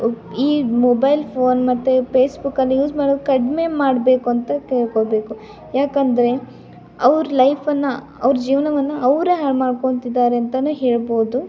ಈ mobile phone ಮತ್ತು ಪೇಸ್ಬುಕ್ಕನ್ನ ಯೂಸ್ ಮಾಡೋದು ಕಡಿಮೆ ಮಾಡಬೇಕು ಅಂತ ಕೇಳ್ಕೊಬೇಕು ಯಾಕಂದರೆ ಅವ್ರ ಲೈಫನ್ನು ಅವ್ರ ಜೀವನವನ್ನ ಅವರೇ ಹಾಳ್ಮಾಡ್ಕೊಂತಿದ್ದಾರೆ ಅಂತನೂ ಹೇಳ್ಬೋದು